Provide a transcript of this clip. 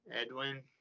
edwin